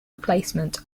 replacement